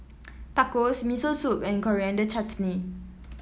Tacos Miso Soup and Coriander Chutney